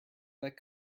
that